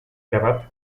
erabat